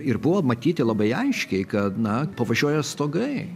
ir buvo matyti labai aiškiai kad na pavažiuoja stogai